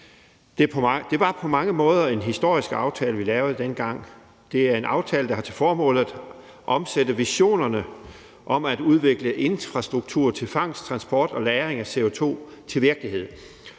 Det var på mange måder en historisk aftale, vi lavede dengang. Det er en aftale, der har til formål at omsætte visionerne om at udvikle infrastruktur til fangst, transport og lagring af CO2 til virkelighed,